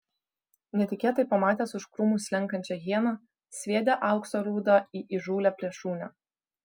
netikėtai pamatęs už krūmų slenkančią hieną sviedė aukso rūdą į įžūlią plėšrūnę